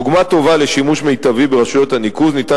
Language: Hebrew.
דוגמה טובה לשימוש מיטבי ברשויות הניקוז ניתן